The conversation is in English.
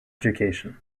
education